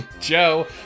Joe